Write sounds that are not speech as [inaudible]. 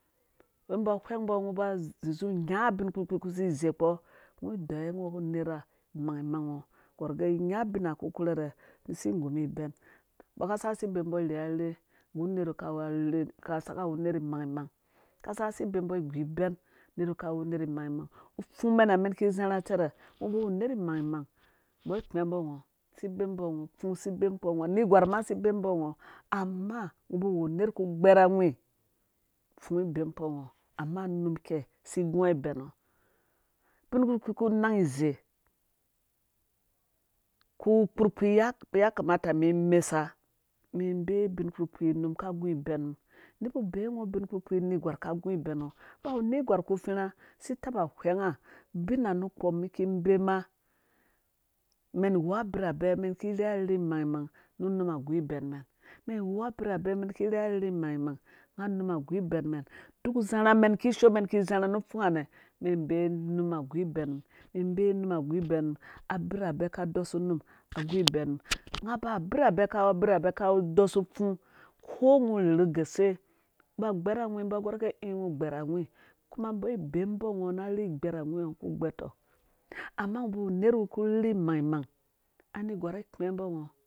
Don mbɔ wheng mbɔ ba zi zu nya bin kpurkpii ku si zei kpo ngɔ deyi ngɔ nerha imangmang gorgɛ nya bina ku korherhɛ mi si gumum ibɛn mbɔ ka saka si bemu mbɔ irherhar nggu nerhwi [unintelligible] ka saka wu nerh imangmang kasa si bee mbɔ igu ubɛn nerh wi ka wu nerh imangmang upfung mɛnha mɛn ki zharha cɛrɛr ngɔ ba wu unerh imangmang mbɔ kpɛ mbɔ ngɔ si bemu. mbɔ ngo pfung si bemu ngo nerh gwar ma si bemu mbɔ ngɔ amma ngɔ ba wu nerh ku gber awhi pfung ibemu kpo ngɔ amma num kei si gua bɛn ngɔ bin kpurkpii ku nang izei kuwu kpurkpii ya kamata ata mi mesa mi bee bin kpurkpii num ka gu ibɛn mum neba bee ngɔ ubin kpurkpii nergwar ka gu ibɛn ngɔ nga be wu nerhgwar ku fiirha si taba whɛnga bina nakpo miki bema mɛn wu birhabɛ mɛn ki rherha rherhe imangmang nu num a gu ibɛn mɛn mɛn wu abirhabɛ mɛn ki rherha rherhe imangmang nga num a gu bɛn mɛn duk zharha mɛn bee num a gu bɛn mɛn mi bee num a gu bɛn num abirhbɛ ka dɔsa unum a gu ibɛn mum [noise] nga ba birhabɛ ka birhabɛ ka dosu pfung ko ngɔ rherhu guse ba gbɛrhawi mbɔ gɔ gɛ i gbɛrhawi mbɔ gor gɛ i gberhawi kuma mbɔ bemu mbɔ ngɔ na rherhe gbɛrhawi ngɔ ku gbɛr tɔ amma ngɔ ba wu nerh wi kurherhi imangmang anerhgwar ai kpɛ mbɔ ngɔ